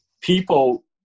people